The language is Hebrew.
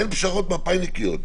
אין פשרות מפא"יניקיות.